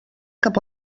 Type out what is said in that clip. cap